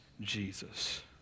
Jesus